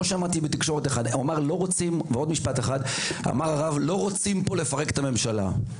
אמר הרב, שלא רוצים לפרק פה את הממשלה.